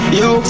yo